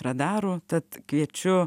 radarų tad kviečiu